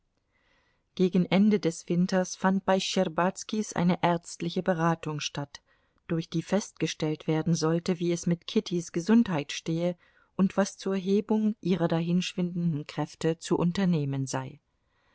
gegen ende des winters fand bei schtscherbazkis eine ärztliche beratung statt durch die festgestellt werden sollte wie es mit kittys gesundheit stehe und was zur hebung ihrer dahinschwindenden kräfte zu unternehmen sei